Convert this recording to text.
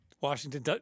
Washington